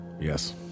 Yes